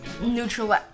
Neutral